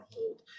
hold